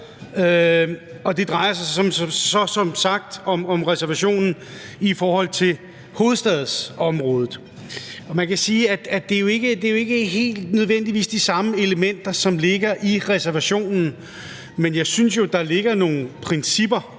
det drejer sig så som sagt om arealreservationen i forhold til hovedstadsområdet. Det er jo ikke helt nødvendigvis de samme elementer, som ligger i reservationen, men jeg synes jo, der ligger nogle principper